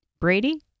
Brady